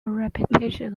repetition